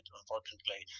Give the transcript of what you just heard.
Unfortunately